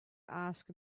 ask